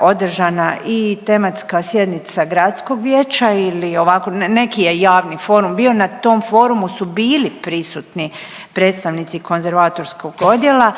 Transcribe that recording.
održana i tematska sjednica gradskog vijeća ili ovako, neki je javni forum bio. Na tom formu su bili prisutni predstavnici konzervatorskog odjela